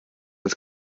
als